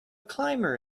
climber